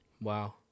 Wow